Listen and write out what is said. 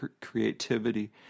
creativity